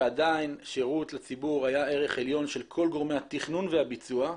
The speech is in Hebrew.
ועדיין שירות לציבור היה ערך עליון של כל גורמי התכנון והביצוע.